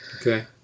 Okay